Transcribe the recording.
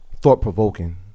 thought-provoking